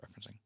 referencing